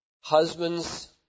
husbands